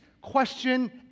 question